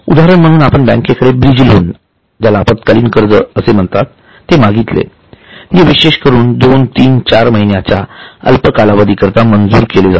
उदाहरण म्हणून आपण बँकेकडे ब्रिजलोन अल्पकालीन कर्ज मागितले जे विशेषकरून दोनतीनचार महिन्याच्याअल्प कालावधी करिता मंजूर केले जाते